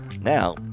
now